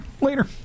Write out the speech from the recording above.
later